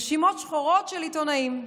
רשימות שחורות של עיתונאים,